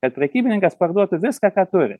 kad prekybininkas parduotų viską ką turi